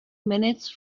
minutes